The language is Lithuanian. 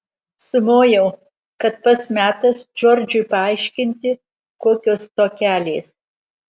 sumojau kad pats metas džordžui paaiškinti kokios tokelės